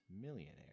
millionaire